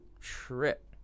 trip